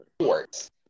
sports